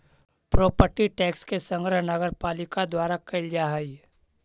property tax के संग्रह नगरपालिका द्वारा कैल जा हई